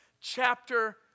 chapter